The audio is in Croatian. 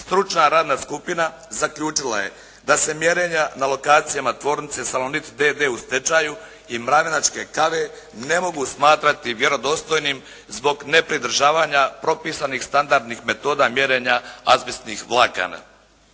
stručna radna skupina zaključila je da se mjerenja na lokacijama tvornice Salonit d.d. u stečaju i Mravinačke kave ne mogu smatrati vjerodostojnim zbog ne pridržavanja propisanih standardnih metoda mjerenja azbestnih vlakana.